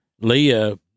Leah